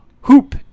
hoop